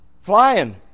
Flying